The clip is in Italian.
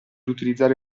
utilizzare